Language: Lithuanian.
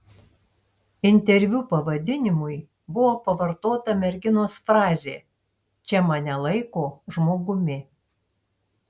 interviu pavadinimui buvo pavartota merginos frazė čia mane laiko žmogumi